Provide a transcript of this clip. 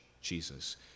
Jesus